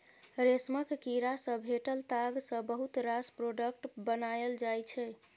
रेशमक कीड़ा सँ भेटल ताग सँ बहुत रास प्रोडक्ट बनाएल जाइ छै